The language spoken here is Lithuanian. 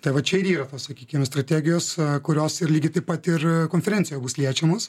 tai va čia ir yra tos sakykime strategijos kurios ir lygiai taip pat ir konferencijoje bus liečiamos